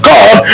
God